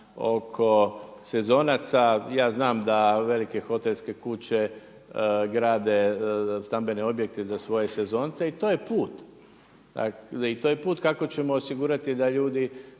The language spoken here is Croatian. oko sezonaca. Ja znam da velike hotelske kuće grade stambene objekte za svoje sezonce i to je put kako ćemo osigurati da ljudi